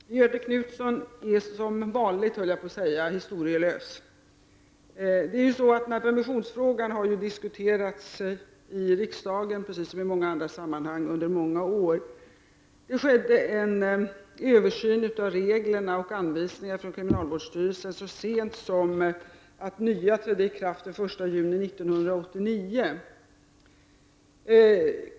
Herr talman! Göthe Knutson är som vanligt, höll jag på att säga, historielös. Permissionsfrågan har under många år diskuterats i riksdagen och i många andra sammanhang. Det har skett en översyn av reglerna och anvis ningarna från kriminalvårdsstyrelsen, och de nya reglerna trädde i kraft så sent som den 1 juni 1989.